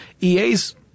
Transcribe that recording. EA's